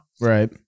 Right